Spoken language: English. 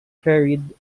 ferried